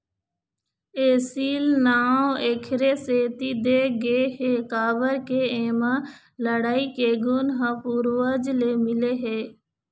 एसील नांव एखरे सेती दे गे हे काबर के एमा लड़ई के गुन ह पूरवज ले मिले हे